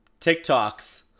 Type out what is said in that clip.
TikToks